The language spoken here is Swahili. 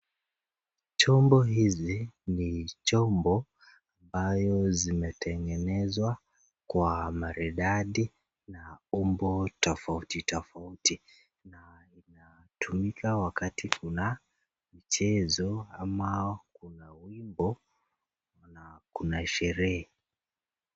Chombo hizi ni chombo ambayo zimetengenezwa kwa maridadi na umbo tofauti tofauti na inatumika wakati kuna mchezo ama kuna wimbo na kuna sherehe.